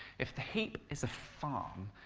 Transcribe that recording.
if the heap is a farm,